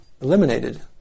eliminated